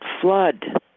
flood